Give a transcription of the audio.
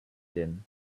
din